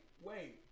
wait